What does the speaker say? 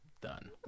done